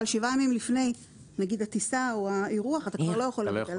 אבל שבעה ימים לפני הטיסה או האירוח אתה כבר לא יכול לבטל,